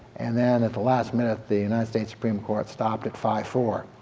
and then at the last minute the united states supreme court stopped at five four